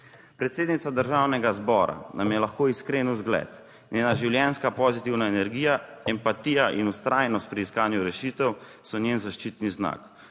Predsednica Državnega zbora, nam je lahko iskren vzgled. Njena življenjska pozitivna energija, empatija in vztrajnost pri iskanju rešitev, so njen zaščitni znak.